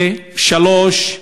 ו-3.